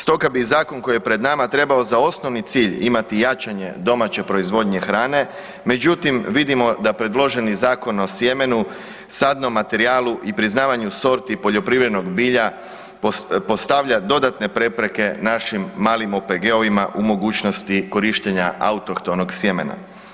Stoga bi zakon koji je pred nama trebao za osnovni cilj imati jačanje domaće proizvodnje hrane, međutim vidimo da predloženi Zakon o sjemenu, sadnom materijalu i priznavanju sorti poljoprivrednog bilja postavlja dodatne prepreke našim malim OPG-ovima u mogućnosti korištenja autohtonog sjemena.